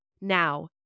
Now